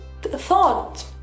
thought